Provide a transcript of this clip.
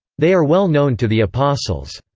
they are well known to the apostles.